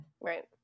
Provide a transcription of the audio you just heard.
right